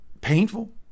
Painful